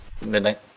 midnight